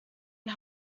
and